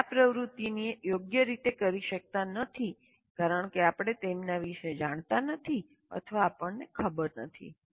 આપણે આ પ્રવૃત્તિઓ યોગ્ય રીતે કરી શકતા નથી કારણ કે આપણે તેમના વિશે જાણતા નથી અથવા આપણને ખબર નથી